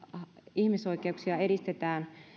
ihmisoikeuksia edistetään